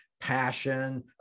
passion